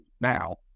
now